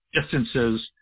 distances